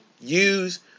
Use